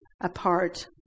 apart